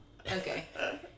Okay